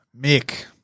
Mick